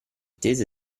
tese